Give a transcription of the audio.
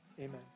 Amen